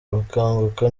gukanguka